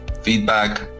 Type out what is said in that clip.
feedback